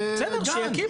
בסדר, שיקים.